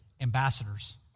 ambassadors